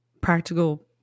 practical